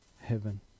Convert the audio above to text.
heaven